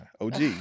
OG